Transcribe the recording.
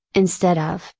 instead of,